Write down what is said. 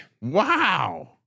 Wow